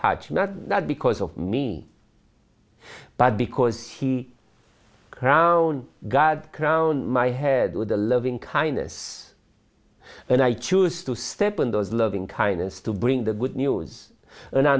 touch not not because of me but because he ground god around my head with a loving kindness and i choose to step in those loving kindness to bring the good news an